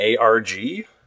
ARG